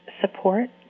support